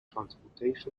transportation